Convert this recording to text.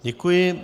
Děkuji.